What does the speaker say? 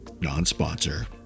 non-sponsor